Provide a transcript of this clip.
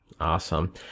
awesome